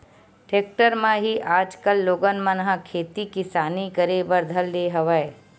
tractor म ही आजकल लोगन मन ह खेती किसानी करे बर धर ले हवय